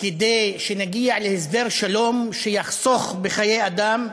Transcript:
כדי שנגיע להסדר שלום שיחסוך בחיי אדם,